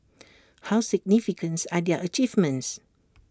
how significant are their achievements